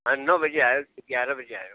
हाँ नौ बजे आओ तो ग्यारह बजे